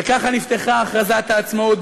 וככה נפתחה הכרזת העצמאות,